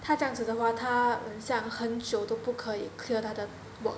他这样子的话他很像很久都不可以 clear 他的 work